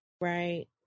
Right